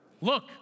Look